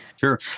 Sure